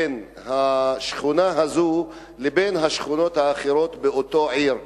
ההבדל בין השכונה הזאת לבין השכונות האחרות באותה עיר.